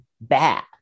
bad